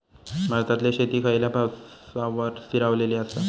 भारतातले शेती खयच्या पावसावर स्थिरावलेली आसा?